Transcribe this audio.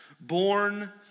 born